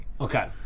Okay